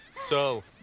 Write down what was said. so,